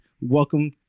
welcome